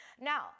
Now